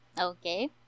Okay